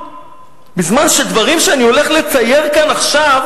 בזמן שדברים שאני הולך לצייר כאן עכשיו